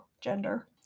gender